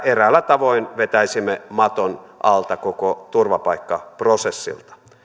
eräällä tavoin vetäisimme maton alta koko turvapaikkaprosessilta